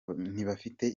ntibafite